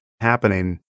happening